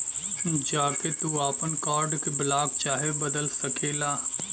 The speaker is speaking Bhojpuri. जा के तू आपन कार्ड के ब्लाक चाहे बदल सकेला